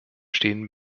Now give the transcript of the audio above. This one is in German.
stehen